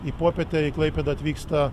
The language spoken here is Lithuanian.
į popietę į klaipėdą atvyksta